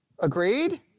Agreed